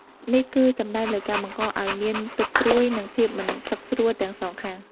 នេះគឺសំដៅលើការបង្កឲ្យមានទុក្ខព្រួយ និងភាពមិនសុខស្រួលទាំងសងខាង។